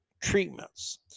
treatments